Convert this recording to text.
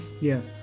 Yes